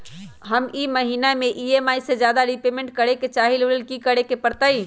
हम ई महिना में ई.एम.आई से ज्यादा रीपेमेंट करे के चाहईले ओ लेल की करे के परतई?